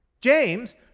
James